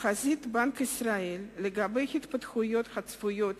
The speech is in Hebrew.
תחזית בנק ישראל לגבי ההתפתחויות הצפויות